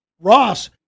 Ross